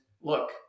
look